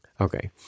Okay